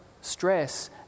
stress